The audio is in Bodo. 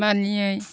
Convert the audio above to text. मानियै